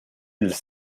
ils